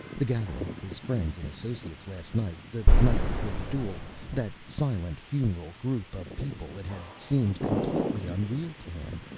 the gathering of his friends and associates last night, the night before the duel that silent, funereal group of people it had seemed completely unreal to him.